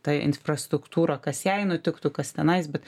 ta infrastruktūra kas jai nutiktų kas tenais bet